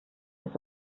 ist